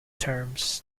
terms